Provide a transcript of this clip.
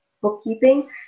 bookkeeping